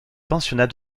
pensionnat